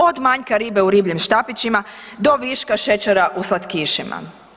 Od manjka ribe u ribljim štapićima do viška šećera u slatkišima.